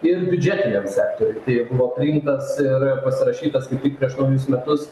ir biudžetiniam sektoriuj tai buvo priimtas ir pasirašytas kaip tik prieš naujus metus